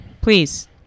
please